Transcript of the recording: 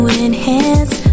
enhance